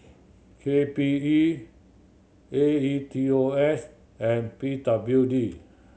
K P E A E T O S and P W D